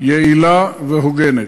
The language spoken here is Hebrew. יעילה והוגנת.